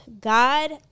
god